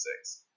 Six